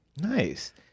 Nice